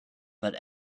but